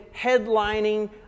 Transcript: headlining